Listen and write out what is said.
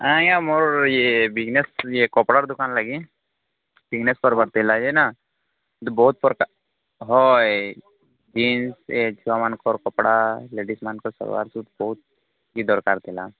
ହଁ ଆଜ୍ଞା ମୋର ଇଏ ବିଜନେସ୍ ଇଏ କପଡ଼ାର୍ ଦୋକାନ ଲାଗି ବିଜନେସ୍ କରବାର ଥିଲା ଏନ ବହୁତ ପ୍ରକା ହଏ ଜିନ୍ସ ଛୁଆମାନଙ୍କର କପଡ଼ା ଲେଡ଼ିଜ୍ମାନଙ୍କ ସଲୱାର୍ ସୁଟ୍ ବହୁତ କିଛି ଦରକାର ଥିଲା